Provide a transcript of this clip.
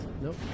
Nope